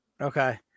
Okay